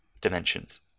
dimensions